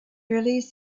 released